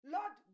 Lord